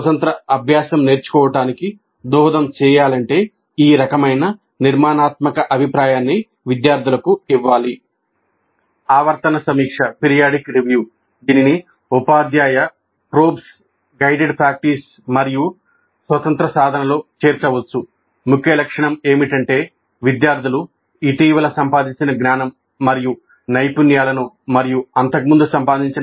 స్వతంత్ర అభ్యాసం నేర్చుకోవటానికి దోహదం చేయాలంటే ఈ రకమైన నిర్మాణాత్మక అభిప్రాయాన్ని విద్యార్థులకు ఇవ్వాలి